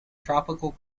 tropical